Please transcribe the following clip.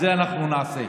את זה אנחנו נעשה.